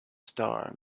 star